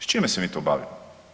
S čime se mi to bavimo?